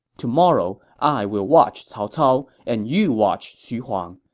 tomorrow, i will watch cao cao and you watch xu huang.